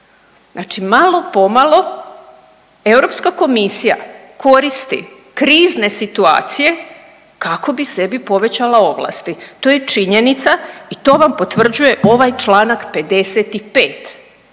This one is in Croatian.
Znači malo pomalo Europska komisija koristi krizne situacije kako bi sebi povećala ovlasti. To je činjenica i to vam potvrđuje ovaj Članak 55.